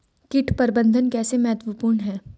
कीट प्रबंधन कैसे महत्वपूर्ण है?